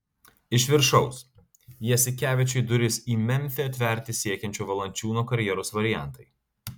iš viršaus jasikevičiui duris į memfį atverti siekiančio valančiūno karjeros variantai